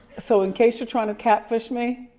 so, in case you're trying to catfish me,